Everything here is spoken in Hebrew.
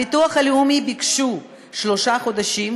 הביטוח הלאומי ביקשו שלושה חודשים,